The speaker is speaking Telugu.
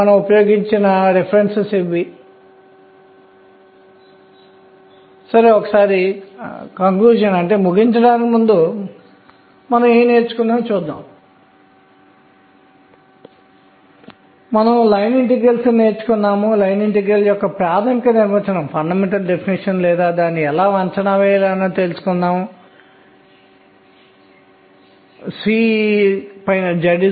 ఈ రోజు మనకు తెలిసిన వాటితో చరిత్ర యొక్క భాగాన్ని మీకు అందించాను ఈ చరిత్రను చర్చించడం జరిగింది ఎందుకంటే ఆలోచన ఎలా అభివృద్ధి చెందుతుందో తెలుసుకోవడం ముఖ్యం